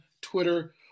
Twitter